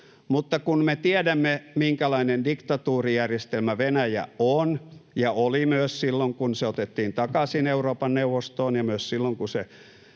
mutta kun me tiedämme, minkälainen diktatuurijärjestelmä Venäjä on ja oli myös silloin, kun se otettiin takaisin Euroopan neuvostoon, ja myös silloin, kun se